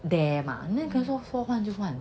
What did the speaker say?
there 嘛哪里可能是说换就换